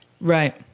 Right